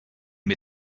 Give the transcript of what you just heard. mit